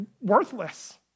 worthless